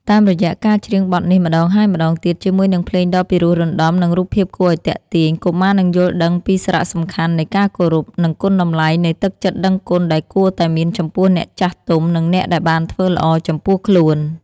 តាមរយៈការច្រៀងបទនេះម្តងហើយម្តងទៀត ជាមួយនឹងភ្លេងដ៏ពិរោះរណ្ដំ និងរូបភាពគួរឲ្យទាក់ទាញ កុមារនឹងយល់ដឹងពីសារៈសំខាន់នៃការគោរព និងគុណតម្លៃនៃទឹកចិត្តដឹងគុណដែលគួរតែមានចំពោះអ្នកចាស់ទុំ និងអ្នកដែលបានធ្វើល្អចំពោះខ្លួន។